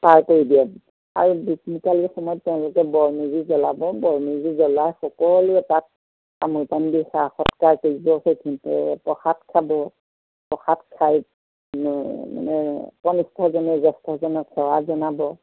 পাৰ কৰি দিয়ে আৰু দোকমোকালিৰ সময়ত তেওঁলোকে বৰমেজি জ্বলাব বৰমেজি জ্বলাই সকলোৱে তাত তামোল পান দি সেৱা সৎকাৰ কৰিব সেইখিনি প্ৰসাদ খাব প্ৰসাদ খাই মানে কনিষ্ঠজনে জ্যেষ্ঠজনক সেৱা জনাব